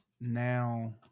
now